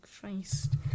Christ